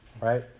right